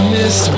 Miss